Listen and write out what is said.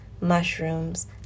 mushrooms